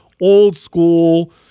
old-school